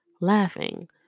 laughing